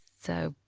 so,